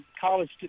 college